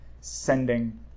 sending